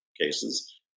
cases